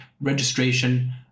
registration